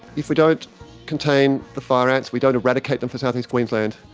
if we don't contain the fire ants, we don't eradicate them from southeast queensland,